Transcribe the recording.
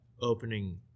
opening